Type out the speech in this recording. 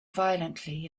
violently